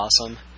awesome